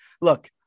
look